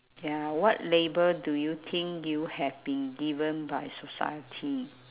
ya what label do you think you have been given by society